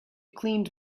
cleaned